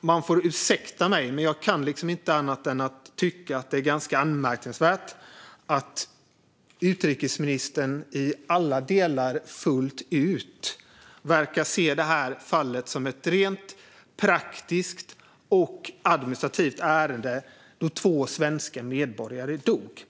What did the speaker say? Man får ursäkta mig, men jag kan inte annat än att tycka att det är ganska anmärkningsvärt att utrikesministern i alla delar fullt ut verkar se det här fallet som ett rent praktiskt och administrativt ärende då två svenska medborgare dog.